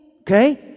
Okay